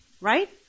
Right